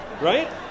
right